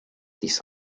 this